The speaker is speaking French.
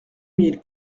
mille